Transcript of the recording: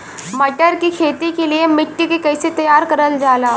मटर की खेती के लिए मिट्टी के कैसे तैयार करल जाला?